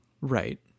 Right